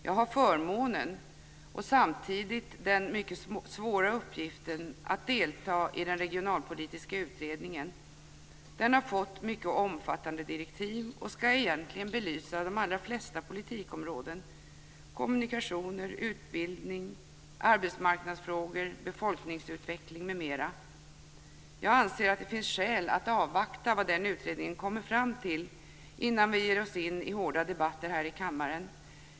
Jag har förmånen - och samtidigt den mycket svåra uppgiften - att delta i den regionalpolitiska utredningen. Den har fått mycket omfattande direktiv och ska egentligen belysa de allra flesta politikområden - kommunikationer, utbildning, arbetsmarknadsfrågor, befolkningsutveckling m.m. Jag anser att det finns skäl att avvakta vad den utredningen kommer fram till innan vi ger oss in i hårda debatter här i kammaren.